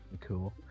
cool